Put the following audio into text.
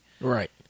Right